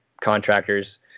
contractors